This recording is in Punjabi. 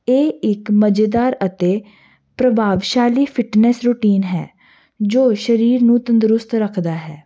ਇਹ ਇੱਕ ਮਜੇਦਾਰ ਅਤੇ ਪ੍ਰਭਾਵਸ਼ਾਲੀ ਫਿਟਨੈਸ ਰੂਟੀਨ ਹੈ ਜੋ ਸਰੀਰ ਨੂੰ ਤੰਦਰੁਸਤ ਰੱਖਦਾ ਹੈ